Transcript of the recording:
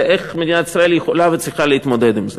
ואיך מדינת ישראל יכולה וצריכה להתמודד עם זה.